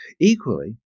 Equally